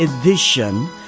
edition